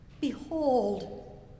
behold